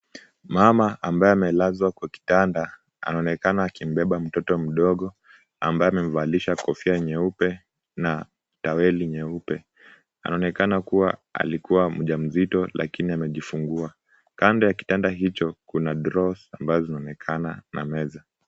Mama ambaye amelazwa kwa kitanda anaonekana akimbeba mtoto mdogo ambaye amemvalisha kofia nyeupe na taweli nyeupe. Anaonekana kuwa alikuwa mjamzito lakini amejifungua. Kando ya kitanda hicho kuna draws ambazo zinaonekana na meza.